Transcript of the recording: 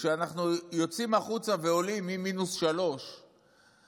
וכשאנחנו יוצאים החוצה ועולים ממינוס 3 ועוברים